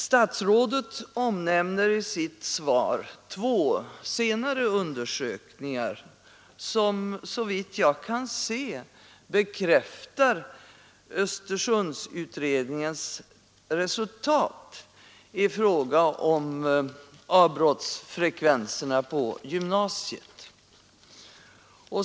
Statsrådet omnämner i sitt svar två senare undersökningar, som såvitt jag kan se bekräftar Östersundsutredningens resultat i fråga om avbrottsfrekvensen på gymnasiet.